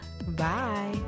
Bye